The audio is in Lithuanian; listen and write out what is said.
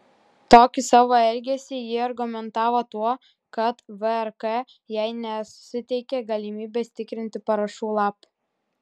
tokį savo elgesį ji argumentavo tuo kad vrk jai nesuteikė galimybės tikrinti parašų lapų